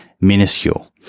minuscule